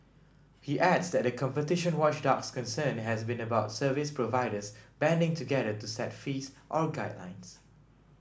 he adds that the competition watchdog's concern has been about service providers banding together to set fees or guidelines